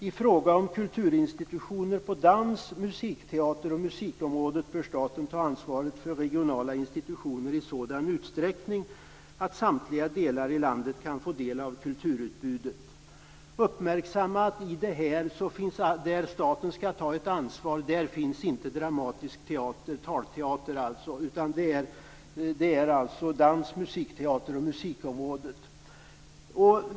I fråga om kulturinstitutioner på dans-, musikteater och musikområdet bör staten ta ansvaret för regionala institutioner i sådan utsträckning att samtliga delar i landet kan få del av kulturutbudet." Därmed uppmärksammas att där staten skall ta ett ansvar finns inte dramatisk teater, talteater, med. I stället är det fråga om dans-, musikteater och musikområdet.